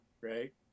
right